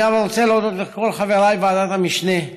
אני רוצה להודות גם לכל חברי ועדת המשנה,